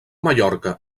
mallorca